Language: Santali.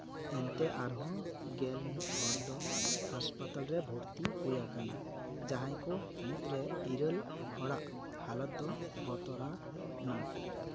ᱮᱱᱛᱮ ᱟᱨᱦᱚᱸ ᱜᱮᱞᱢᱤᱫ ᱦᱚᱲ ᱫᱚ ᱦᱟᱥᱯᱟᱛᱟᱞ ᱨᱮ ᱵᱷᱚᱨᱛᱤ ᱦᱩᱭ ᱟᱠᱟᱱᱟ ᱡᱟᱦᱟᱸᱭ ᱠᱚ ᱢᱩᱫᱽ ᱨᱮ ᱤᱨᱟᱹᱞ ᱦᱚᱲᱟᱜ ᱦᱟᱞᱚᱛ ᱫᱚ ᱵᱚᱛᱚᱨᱟᱱᱟᱜ